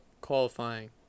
qualifying